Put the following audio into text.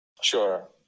Sure